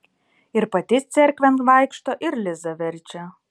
ir pati cerkvėn vaikšto ir lizą verčia